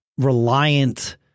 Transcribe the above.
reliant